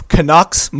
Canucks